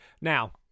now